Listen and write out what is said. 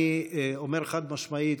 אני אומר חד-משמעית,